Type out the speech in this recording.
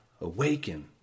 awaken